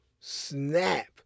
snap